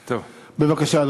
אדוני, בבקשה.